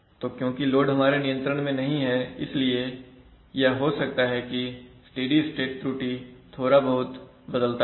तो क्योंकि लोड हमारे नियंत्रण मैं नहीं है इसलिए यह हो सकता है कि स्टेडी स्टेट त्रुटि थोड़ा बहुत बदलता रहे